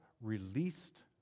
released